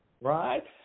right